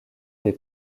des